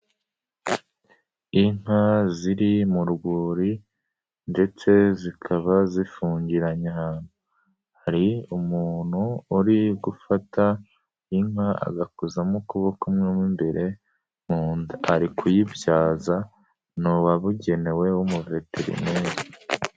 Inka ziri mu rwuri, ndetse zikaba zifungiranye ahantu, hari umuntu uri gufata inka agakuzamo ukuboko mu imbere mu nda, ari kuyibyaza ni uwabugenewe w'umuveterineri.